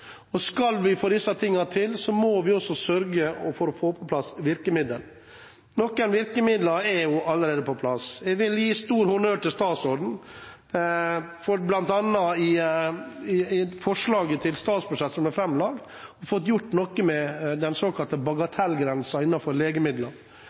Skal vi få dette til, må vi også sørge for å få på plass virkemidler. Noen virkemidler er allerede på plass. Jeg vil gi stor honnør til statsråden for bl.a. i forslaget til statsbudsjett som er framlagt, å ha gjort noe med den såkalte